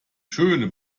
schöne